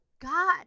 God